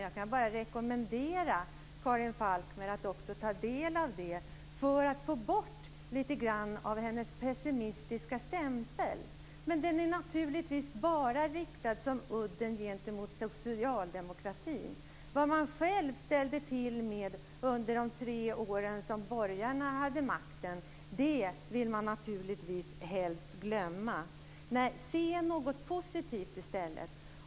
Jag kan bara rekommendera Karin Falkmer att också ta del av det för att få bort litet grand av hennes pessimistiska stämpel. Men den är naturligtvis bara riktad som udden gentemot socialdemokratin. Vad man själv ställde till med under de tre åren som borgarna hade makten vill man naturligtvis helst glömma. Nej, se något positivt i stället.